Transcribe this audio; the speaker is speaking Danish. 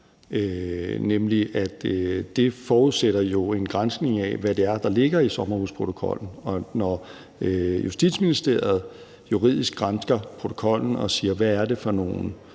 jo forudsætter en granskning af, hvad det er, der ligger i sommerhusprotokollen. Og når Justitsministeriet juridisk gransker protokollen og ser på, hvad det er for nogle